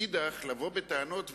ומאידך גיסא לבוא בטענות ולומר,